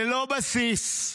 ללא בסיס,